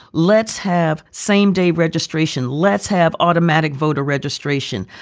let's have same day registration, let's have automatic voter registration,